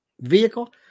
vehicle